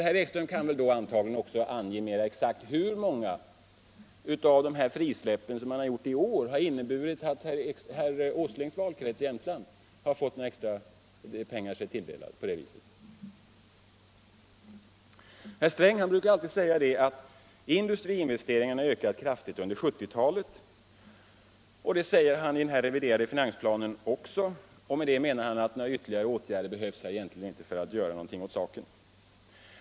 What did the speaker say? Herr Ekström kan väl då antagligen också mera exakt ange hur många av de frisläpp som har gjorts i år som har inneburit att herr Åslings valkrets i Jämtland har fått sig tilldelad några extra pengar på det viset? Herr Sträng brukar säga att industriinvesteringarna ökar kraftigt under 1970-talet. Det anför han också i den reviderade finansplanen. Med det menar han att några ytterligare åtgärder egentligen inte behövs för att göra någonting åt den saken.